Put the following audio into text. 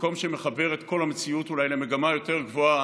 מקום שמחבר את כל המציאות למגמה אולי יותר גבוהה,